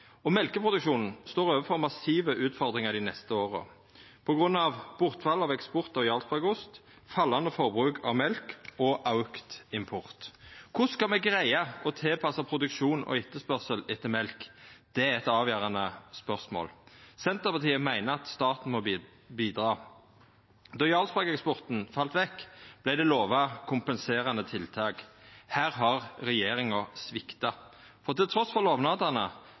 og mjølkeproduksjonen står overfor massive utfordringar dei neste åra på grunn av bortfall av eksport av Jarlsberg-ost, fallande forbruk av mjølk og auka import. Korleis skal me greia å tilpassa produksjonen og etterspurnaden etter mjølk? Det er eit avgjerande spørsmål. Senterpartiet meiner at staten må bidra. Då Jarlsberg-eksporten fall vekk, vart det lova kompenserande tiltak. Her har regjeringa svikta, for trass i lovnadene